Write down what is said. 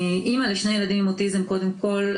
אני אמא לשני ילדים עם אוטיזם קודם כל.